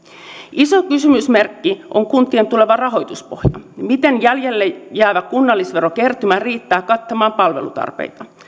iso kysymysmerkki on kuntien tuleva rahoituspohja miten jäljelle jäävä kunnallisverokertymä riittää kattamaan palvelutarpeita